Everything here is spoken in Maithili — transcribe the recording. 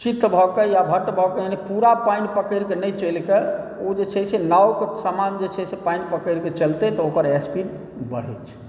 चित्त भऽकऽ या पट्ट भऽकऽ पुरा पानि पकड़िकऽ नहि चलि कऽ ओ जे छै से नावके समान जे छै से पानि पकड़ि कऽ चलतै तऽ ओकर सपीड बढ़ै छै